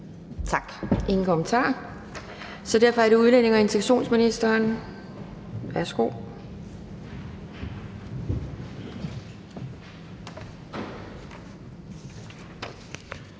er ingen kommentarer, så derfor er det udlændinge- og integrationsministeren, der